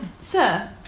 Sir